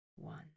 one